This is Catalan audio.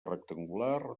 rectangular